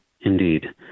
Indeed